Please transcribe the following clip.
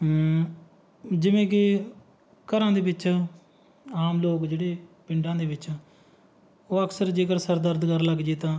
ਜਿਵੇਂ ਕਿ ਘਰਾਂ ਦੇ ਵਿੱਚ ਆਮ ਲੋਕ ਜਿਹੜੇ ਪਿੰਡਾਂ ਦੇ ਵਿੱਚ ਉਹ ਅਕਸਰ ਜੇਕਰ ਸਿਰ ਦਰਦ ਕਰਨ ਲੱਗ ਜੇ ਤਾਂ